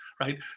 right